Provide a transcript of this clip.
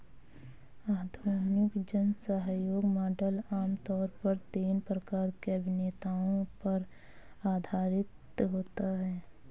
आधुनिक जनसहयोग मॉडल आम तौर पर तीन प्रकार के अभिनेताओं पर आधारित होता है